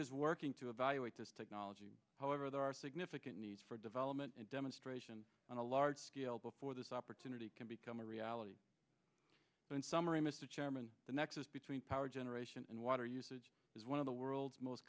is working to evaluate this technology however there are significant needs for development and demonstration on a large scale before this opportunity can become a reality so in summary mr chairman the nexus between power generation and water usage is one of the world's most